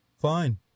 Fine